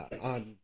on